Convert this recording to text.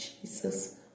Jesus